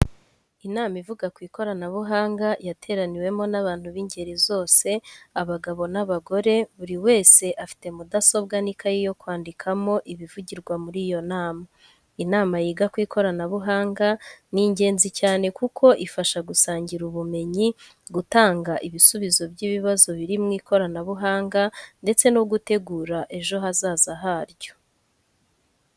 Inama ivuga ku ikoranabuhanga yateraniwemo n'abantu b'ingeri zose, abagabo n'abagore, buri wese afite mudasobwa n'ikayi yo kwandikamo ibivugirwa muri iyo nama. Inama yiga ku ikoranabuhanga ni ingenzi cyane kuko ifasha gusangira ubumenyi, gutanga ibisubizo by’ibibazo biri mu ikoranabuhanga ndetse no gutegura ejo hazaza haryo.